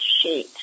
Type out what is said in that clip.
sheet